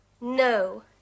No